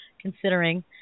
considering